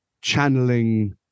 channeling